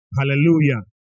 Hallelujah